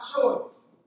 choice